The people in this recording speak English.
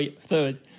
third